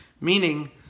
Meaning